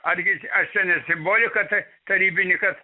argi ar čia ne simbolika ta tarybinė kad